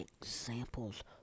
examples